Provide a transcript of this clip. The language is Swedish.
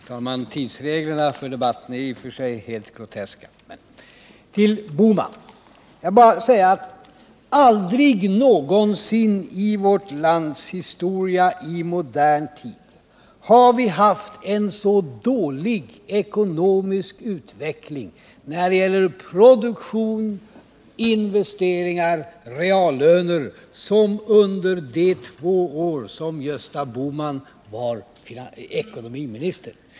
Herr talman! Debattens tidsregler är i och för sig helt groteska — men till herr Bohman! Jag vill bara säga att aldrig någonsin i vårt lands historia i modern tid har vi haft en så dålig ekonomisk utveckling när det gäller produktion, investeringar och reallöner som under de två år som Gösta Bohman var ekonomiminister.